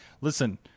Listen